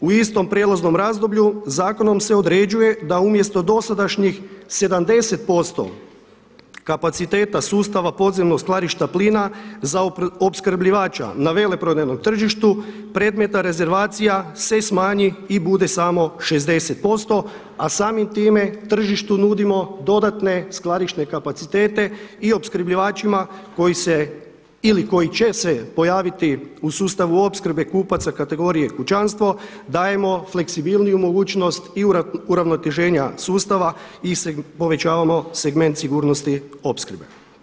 U istom prijelaznom razdoblju zakonom se određuje da umjesto dosadašnjih 70% kapaciteta sustava podzemnog skladišta plina za opskrbljivača na veleprodajnom tržištu predmetna rezervacija se smanji i bude samo 60%, a samim time tržištu nudimo dodatne skladišne kapacitete i opskrbljivačima koji se ili koji će se pojaviti u sustavu opskrbe kupaca kategorije kućanstvo dajemo fleksibilniju mogućnost i uravnoteženja sustava i povećavamo segment sigurnosti opskrbe.